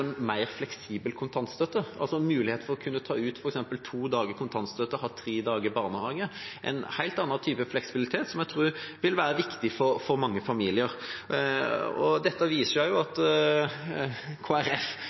en mer fleksibel kontantstøtte, altså en mulighet for f.eks. å kunne ta ut kontantstøtte to dager og ha barnehage tre dager – en helt annen type fleksibilitet, som jeg tror vil være viktig for mange familier. Dette viser også at